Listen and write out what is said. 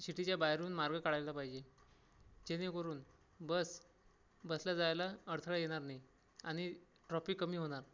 सिटीच्या बाहेरून मार्ग काढायला पाहिजे जेणेकरून बस बसला जायला अडथळे येणार नाही आणि ट्रॉपिक कमी होणार